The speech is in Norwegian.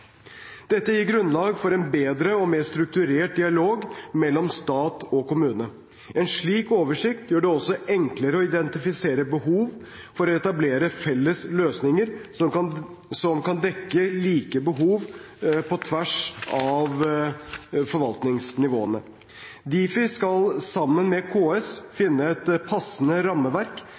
Dette gir grunnlag for en bedre og mer strukturert dialog mellom stat og kommune. En slik oversikt gjør det også enklere å identifisere behov for å etablere felles løsninger som kan dekke like behov på tvers av forvaltningsnivåene. Difi skal sammen med KS finne et passende rammeverk